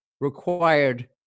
required